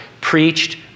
preached